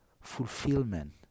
fulfillment